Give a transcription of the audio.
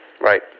Right